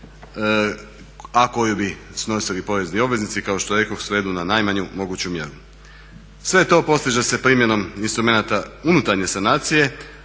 a koji bi snosili porezni obveznici kao što rekoh svedu na najmanju moguću mjeru. Sve to postiže se primjenom instrumenata unutarnje sanacije